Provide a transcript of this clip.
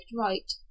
right